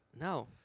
No